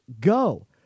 go